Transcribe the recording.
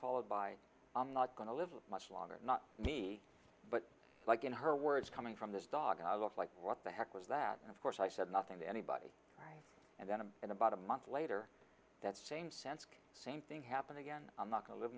followed by i'm not going to live much longer not me but like in her words coming from this dog i looked like what the heck was that and of course i said nothing to anybody and then i'm in about a month later that same sense same thing happened again i'm not gonna live